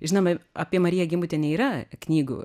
žinoma apie mariją gimbutienę yra knygų